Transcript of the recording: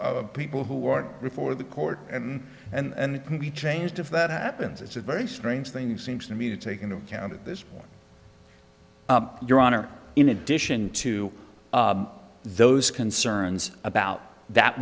of people who aren't before the court and and can be changed if that happens it's a very strange thing seems to me to take into account at this point your honor in addition to those concerns about that